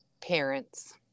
parents